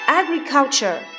agriculture